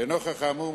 לנוכח האמור,